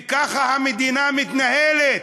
וככה המדינה מתנהלת.